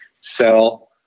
sell –